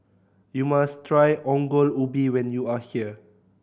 you must try Ongol Ubi when you are here